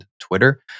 Twitter